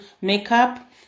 makeup